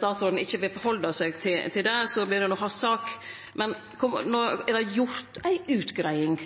statsråden ikkje vil halde seg til det, er det hans sak. Men er det gjort ei utgreiing